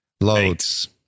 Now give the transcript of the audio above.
Loads